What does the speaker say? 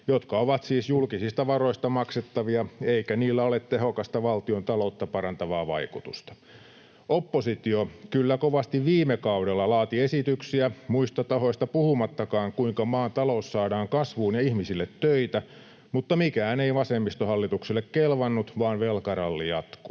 jotka ovat siis julkisista varoista maksettavia, eikä niillä ole tehokasta valtiontaloutta parantavaa vaikutusta. Oppositio kyllä kovasti viime kaudella laati esityksiä, muista tahoista puhumattakaan, siitä, kuinka maan talous saadaan kasvuun ja ihmisille töitä, mutta mikään ei vasemmistohallitukselle kelvannut vaan velkaralli jatkui.